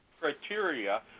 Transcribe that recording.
criteria